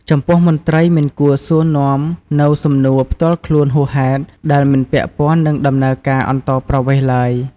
ចំពោះមន្ត្រីមិនគួរសួរនាំនូវសំណួរផ្ទាល់ខ្លួនហួសហេតុដែលមិនពាក់ព័ន្ធនឹងដំណើរការអន្តោប្រវេសន៍ឡើយ។